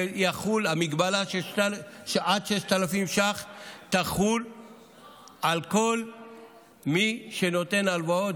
שהמגבלה של עד 6,000 שקל תחול על כל מי שנותן הלוואות,